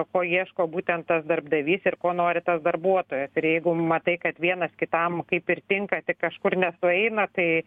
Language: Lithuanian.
ko ieško būtent tas darbdavys ir ko nori tas darbuotojas ir jeigu matai kad vienas kitam kaip ir tinka tik kažkur nesueina tai